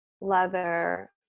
leather